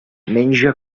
menja